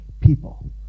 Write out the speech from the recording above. people